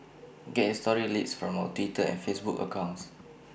get your story leads from our Twitter and Facebook accounts